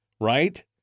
right